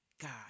God